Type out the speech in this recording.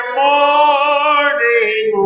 morning